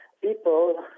people